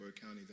County